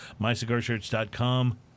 Mycigarshirts.com